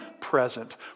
present